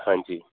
ਹਾਂਜੀ